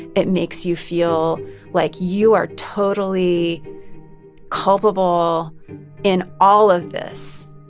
it makes you feel like you are totally culpable in all of this,